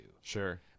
Sure